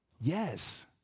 Yes